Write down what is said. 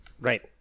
Right